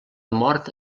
mort